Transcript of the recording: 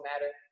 matter